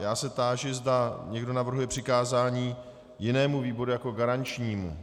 Táži se, zda někdo navrhuje přikázání jinému výboru jako garančnímu.